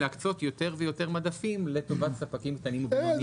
להקצות יותר ויותר מדפים לטובת ספקים קטנים ובינוניים.